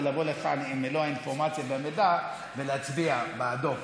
לבוא לכאן עם מלוא האינפורמציה והמידע ולהצביע בעדו.